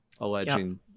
alleging